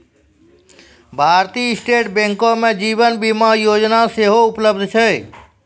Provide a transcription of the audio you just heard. भारतीय स्टेट बैंको मे जीवन बीमा योजना सेहो उपलब्ध छै